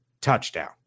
touchdown